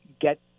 get